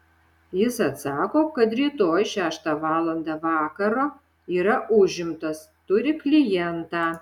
jis atsako kad rytoj šeštą valandą vakaro yra užimtas turi klientą